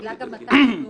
אל תדאגי.